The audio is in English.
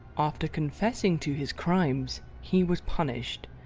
after confessing to his crimes, he was punished,